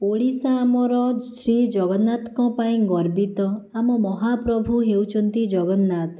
ଓଡ଼ିଶା ଆମର ଶ୍ରୀ ଜଗନ୍ନାଥଙ୍କ ପାଇଁ ଗର୍ବିତ ଆମ ମହାପ୍ରଭୁ ହେଉଛନ୍ତି ଜଗନ୍ନାଥ